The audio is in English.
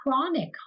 Chronic